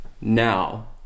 now